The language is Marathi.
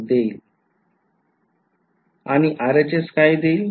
आणि RHS काय देईल